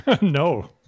no